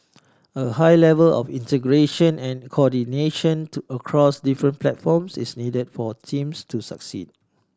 a high level of integration and coordination to across different platforms is needed for teams to succeed